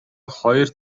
хоёр